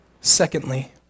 Secondly